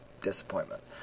disappointment